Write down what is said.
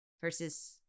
versus